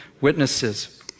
witnesses